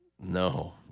No